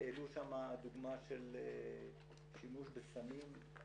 העלו שם דוגמא של שימוש בסמים.